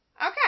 Okay